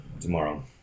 tomorrow